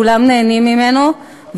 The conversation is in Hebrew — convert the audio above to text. כולם נהנים בחוק הזה,